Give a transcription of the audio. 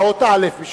באות אל"ף.